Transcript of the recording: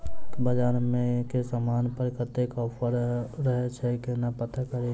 बजार मे केँ समान पर कत्ते ऑफर रहय छै केना पत्ता कड़ी?